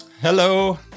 Hello